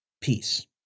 peace